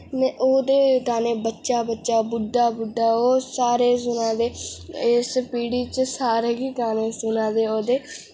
में ओह्दे गाने बच्चा बच्चा बुड्ढा बुड्ढा ओह् सारे सुना दे इस पीढ़ी च सारें गी गाने अच्छे लगदे ओह्दे